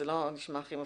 זה לא נשמע הכי מבטיח,